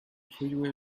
freeway